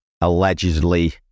allegedly